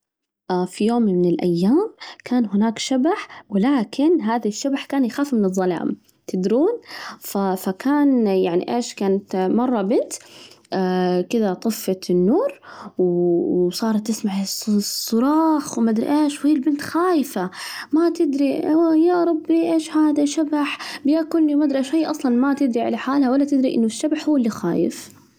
في يوم من الأيام كان هناك شبح، ولكن هذا الشبح كان يخاف من الظلام، تدرون؟ ف فكان يعني إيش، كانت مرة بنت كذا طفت النور وصارت تسمع الصراخ وما أدري إيش، وهي البنت خايفة ما تدري، أوه يا ربي إيش هذا؟ شبح بيأكلني وما أدري شيء، أصلاً ما تدري لحالها ولا تدري إنه الشبح هو اللي خايف.